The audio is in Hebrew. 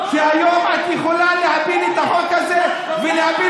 שהיום את יכולה להפיל את החוק הזה ולהפיל